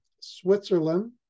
Switzerland